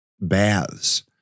baths